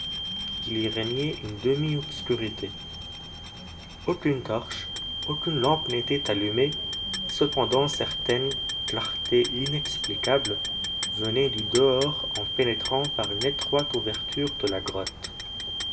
il y régnait une demi-obscurité aucune torche aucune lampe n'était allumée et cependant certaines clartés inexplicables venaient du dehors en pénétrant par une étroite ouverture de la grotte